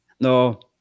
No